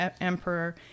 emperor